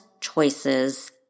choices